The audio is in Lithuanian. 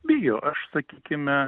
bijo aš sakykime